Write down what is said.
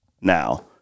now